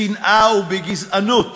בשנאה ובגזענות,